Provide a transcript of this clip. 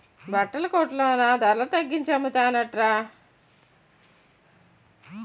బట్టల కొట్లో నా ధరల తగ్గించి అమ్మతన్రట